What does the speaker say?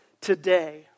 today